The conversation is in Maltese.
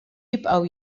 jibqgħu